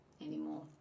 anymore